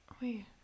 Wait